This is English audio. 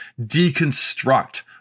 deconstruct